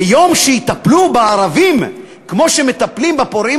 ביום שיטפלו בערבים כמו שמטפלים בפורעים